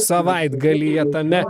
savaitgalyje tame